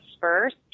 first